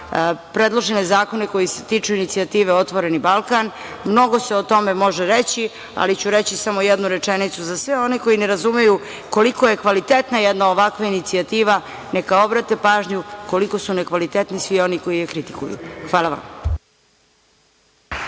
predložene zakone koji se tiču inicijative „Otvoreni Balkan“. Mnogo se o tom e može reći, ali ću reći samo jednu rečenicu. Za sve one koji ne razumeju koliko je kvalitetna jedna ovakva inicijativa, neka obrate pažnju koliko su nekvalitetni svi oni koji je kritikuju. Hvala vam.